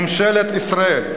ממשלת ישראל.